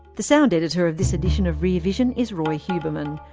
the sound editor of this edition of rear vision is roi huberman.